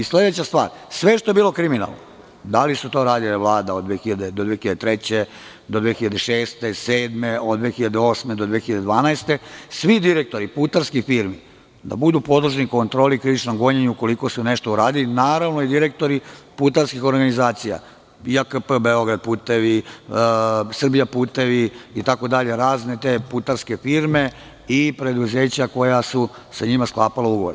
Sledeća stvar, sve što je bilo kriminalno, da li su to radile Vlada od 2000. do 2003. godine, do 2006. godine, do 2007. godine, od 2008. do 2012. godine, svi direktori putarskih firmi da budu podložni kontroli i krivičnom gonjenju ukoliko su nešto uradile, naravno, i direktori putarskih organizacija, JKP "Beograd putevi", "Srbija putevi" itd, razne putarske firme i preduzeća koja su sa njima sklapala ugovore.